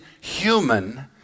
human